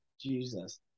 Jesus